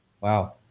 Wow